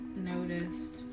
Noticed